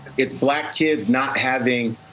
it's black kids not having